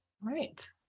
Right